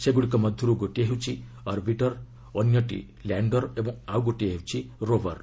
ସେଗୁଡ଼ିକ ମଧ୍ୟରୁ ଗୋଟିଏ ହେଉଛି ଅରବିଟର ଅନ୍ୟଟି ଲ୍ୟାଣ୍ଡର ଓ ଆଉଗୋଟିଏ ହେଉଛି ରୋଭର